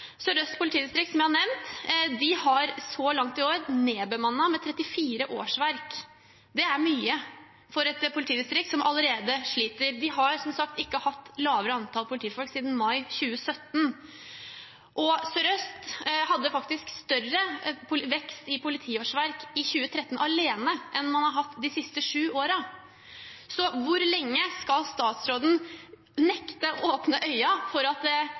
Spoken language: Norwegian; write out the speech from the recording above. politidistrikt har så langt i år nedbemannet med 34 årsverk. Det er mye for et politidistrikt som allerede sliter. De har ikke hatt lavere antall politifolk siden mai 2017, og Sør-Øst hadde faktisk større vekst i politiårsverk i 2013 alene enn man har hatt de siste sju årene. Så hvor lenge skal statsråden nekte å åpne øynene for at